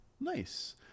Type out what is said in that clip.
Nice